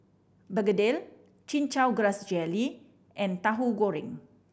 begedil Chin Chow Grass Jelly and Tauhu Goreng